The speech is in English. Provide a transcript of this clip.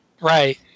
right